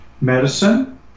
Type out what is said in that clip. medicine